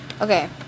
Okay